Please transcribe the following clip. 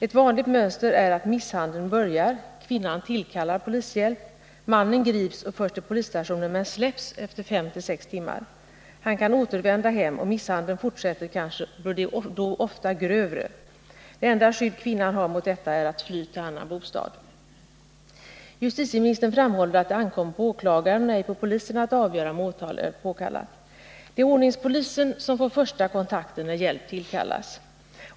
Ett vanligt mönster är att misshandeln börjar, kvinnan tillkallar polishjälp, mannen grips och förs till polisstation men släpps efter fem sex timmar. Han kan återvända hem, misshandeln fortsätter kanske och blir då ofta grövre. Det enda skydd kvinnan har mot detta är att fly till en annan bostad. Justitieministern framhåller att det ankommer på åklagaren och ej på polisen att avgöra om åtal är påkallat. Det är ordningspolisen som får första kontakten när hjälp tillkallas.